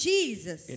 Jesus